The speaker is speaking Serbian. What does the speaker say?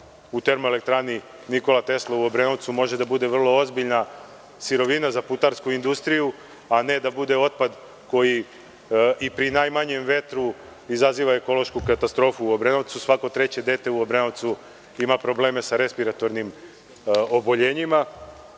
u Termoelektrani „Nikola Tesla“ u Obrenovcu može da bude vrlo ozbiljna sirovina za putarsku industriju, a ne da bude otpad koji i pri najmanjem vetru izaziva ekološku katastrofu u Obrenovcu. Svako treće dete u Obrenovcu ima probleme sa respiratornim oboljenjima.